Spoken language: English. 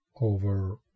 over